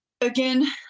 again